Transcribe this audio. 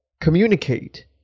communicate